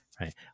right